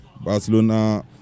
Barcelona